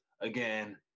again